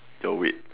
your weight